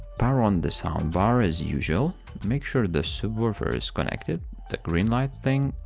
power on the soundbar as usual make sure the subwoofer is connected the green light thing.